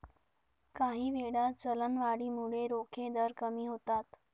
काहीवेळा, चलनवाढीमुळे रोखे दर कमी होतात